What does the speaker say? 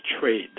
trade